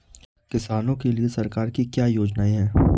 किसानों के लिए सरकार की क्या योजनाएं हैं?